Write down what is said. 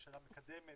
הממשלה מקדמת